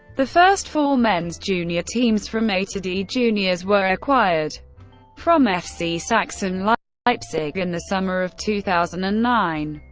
the first four men's junior teams, from a to d-juniors, were acquired from fc sachsen like leipzig in the summer of two thousand and nine.